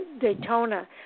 Daytona